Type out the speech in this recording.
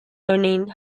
örneğin